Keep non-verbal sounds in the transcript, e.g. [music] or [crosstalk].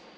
[noise]